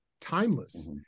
timeless